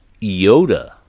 Yoda